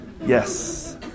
Yes